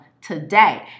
today